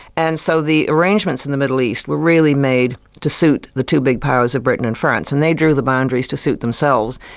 and so the arrangements in the middle east were really made to suit the two big powers of britain and france, and they drew the boundaries to suit themselves,